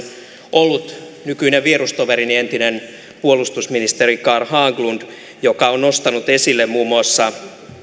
ollut nykyinen vierustoverini entinen puolustusministeri carl haglund joka on nostanut esille muun muassa